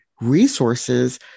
resources